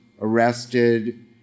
arrested